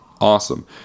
awesome